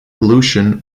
pollution